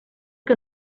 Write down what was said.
que